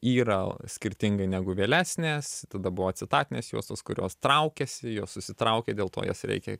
yra skirtingai negu vėlesnės tada buvo acetatinės juostos kurios traukiasi jos susitraukia dėl to jas reikia